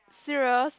serious